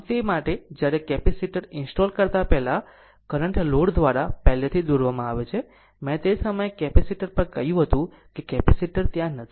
આમ તે માટે જ્યારે કેપેસિટર ઇન્સ્ટોલ કરતા પહેલા કરંટ લોડ દ્વારા પહેલેથી દોરવામાં આવે છે મેં તે સમયે કેપેસિટર પર કહ્યું હતું કે કેપેસિટર ત્યાં નથી